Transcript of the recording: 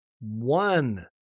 one